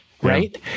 right